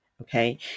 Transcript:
Okay